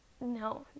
no